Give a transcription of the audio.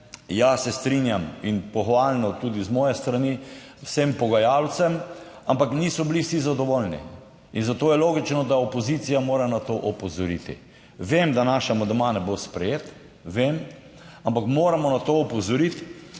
Ja, se strinjam in pohvalno tudi z moje strani vsem pogajalcem, ampak niso bili vsi zadovoljni. In zato je logično, da opozicija mora na to opozoriti. Vem, da naš amandma ne bo sprejet, vem, ampak moramo na to opozoriti,